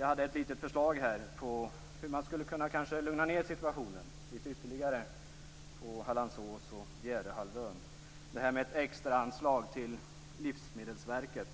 Jag hade ett litet förslag på hur man kanske skulle kunna lugna ned situationen ytterligare på Hallandsås och Bjärehalvön, nämligen ett extraanslag till exempelvis Livsmedelsverket